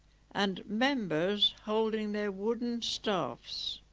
and members holding their wooden staffs